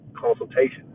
consultation